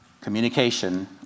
communication